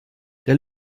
der